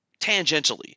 tangentially